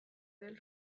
del